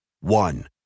One